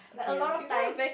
like a lot of times